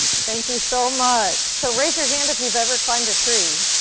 thank you so much. so raise your hand if you've ever climbed a tree.